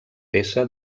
peça